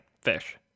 Fish